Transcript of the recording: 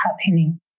happening